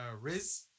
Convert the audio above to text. Riz